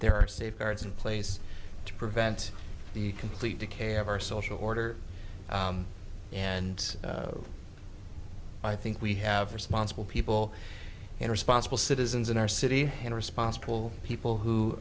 there are safeguards in place to prevent the complete decay of our social order and i think we have responsible people and responsible citizens in our city and responsible people who